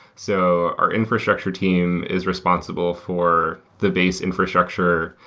so our infrastructure team is responsible for the base infrastructure.